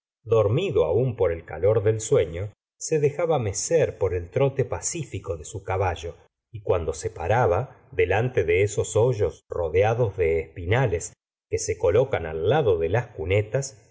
dormido aun por el calor del sueño se dejaba mecer por el trote pacífico de su caballo y cuando se paraba delante de esos hoyos rodeados de espinales que se colocan al lado de las cunetas